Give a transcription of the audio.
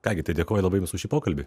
ką gi tai dėkoju labai jums už šį pokalbį